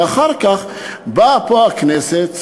ואחר כך באה הכנסת,